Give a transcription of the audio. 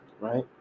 right